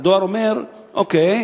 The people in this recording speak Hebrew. הדואר אומר: אוקיי,